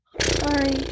sorry